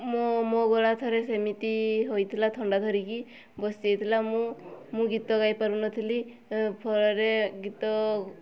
ମୁଁ ମୋ ଗଳା ଥରେ ସେମିତି ହୋଇଥିଲା ଥଣ୍ଡା ଧରିକି ବସିଯାଇଥିଲା ମୁଁ ମୁଁ ଗୀତ ଗାଇପାରୁନଥିଲି ଫଳରେ ଗୀତ